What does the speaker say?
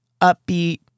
upbeat